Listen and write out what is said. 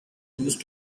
used